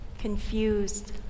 confused